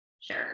sure